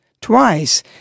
twice